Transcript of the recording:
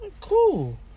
cool